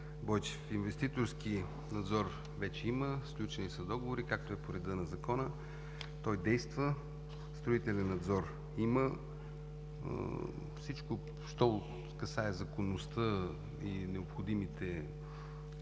Бойчев! Инвеститорски надзор вече има. Сключени са договори, както е по реда на Закона, той действа. Строителен надзор има. Всичко, което касае законността и необходимите